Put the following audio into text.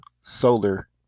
solar